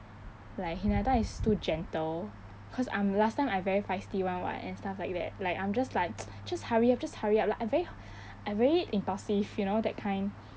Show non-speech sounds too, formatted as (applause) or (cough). like hinata is too gentle cause I'm last time I very feisty [one] [what] and stuff like that like I'm just like (noise) just hurry up just hurry up like I very I very impulsive you know that kind